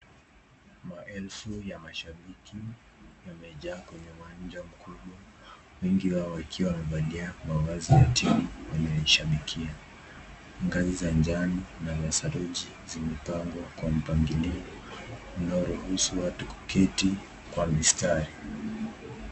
Maelfu ya mashabiki yamejaa kwenye uwanja mkubwa. wingi wao wakiwa wamevalia mavazi ya timu wanayoishabikia ngazi za njano na za saruji zimepangwa kwa mpangilio unaoruhusu watu kuketi kwa mistari.